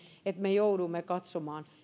että me joudumme katsomaan